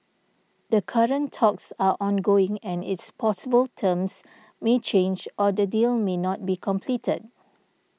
the current talks are ongoing and it's possible terms may change or the deal may not be completed